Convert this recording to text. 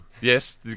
Yes